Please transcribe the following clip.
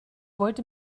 wollte